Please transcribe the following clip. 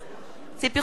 ציפי חוטובלי,